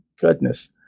Goodness